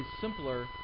simpler